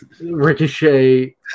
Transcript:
Ricochet